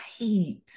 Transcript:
Right